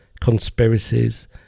Conspiracies